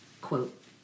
Quote